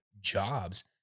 jobs